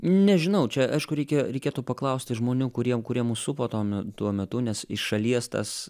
nežinau čia aišku reikia reikėtų paklausti žmonių kurie kurie mus supo tuo me tuo metu nes iš šalies tas